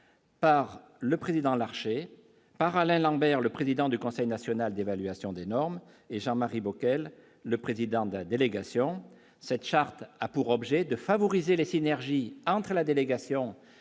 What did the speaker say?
Par le président Larché par Alain Lambert, le président du Conseil national d'évaluation des normes et Jean-Marie Bockel, le président de la délégation cette charte a pour objet de favoriser les synergies entre la délégation et le conseil